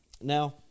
Now